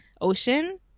ocean